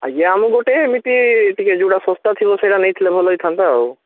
ଆଜ୍ଞା ମୁଁ ଗୋଟେ ଏମିତି ଟିକିଏ ଯେଉଁଟା ଶସ୍ତା ଥିବ ସେଇଟା ନେଇଥିଲେ ଭଲହେଇଥାନ୍ତା ଆଉ